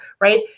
Right